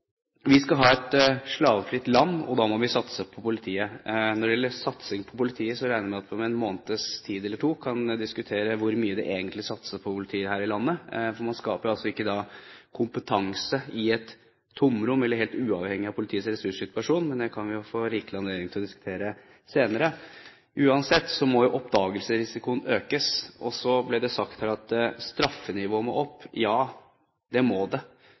Vi skal ha et slavefritt land, og da må vi satse på politiet. Når det gjelder satsing på politiet, regner jeg med at vi om en måneds tid eller to kan diskutere hvor mye det egentlig skal satses på politiet her i landet, for man skaper ikke kompetanse i et tomrom eller helt uavhengig av politiets ressurssituasjon. Men det kan vi få rikelig anledning til å diskutere senere. Uansett må oppdagelsesrisikoen økes. Det ble sagt her at straffenivået må opp. Ja, det må det.